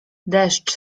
deszcz